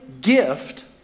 gift